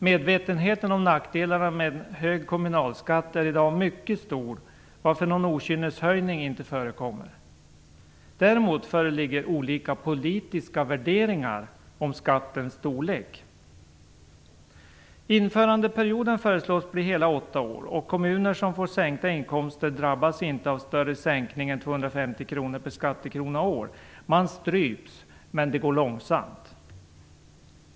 Medvetenheten om nackdelarna med en hög kommunalskatt är i dag mycket stor, varför någon okynneshöjning inte förekommer. Däremot föreligger olika politiska värderingar om skattens storlek. Införandeperioden föreslås bli hela åtta år, och kommunerna som får sänkta inkomster drabbas av en sänkning som inte är större än 250 kr per skattekrona och år. Man stryps, men det går långsamt.